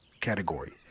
category